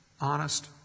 honest